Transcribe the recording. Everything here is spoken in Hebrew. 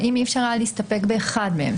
האם אי אפשר היה להסתפק באחד מהם,